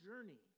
journey